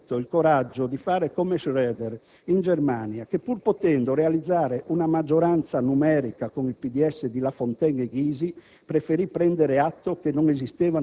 Mi sarei aspettato che lei avesse avuto il coraggio di fare come Schröder in Germania che, pur potendo realizzare una maggioranza numerica con il Pds di Lafontaine e Gysi,